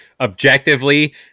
objectively